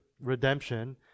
redemption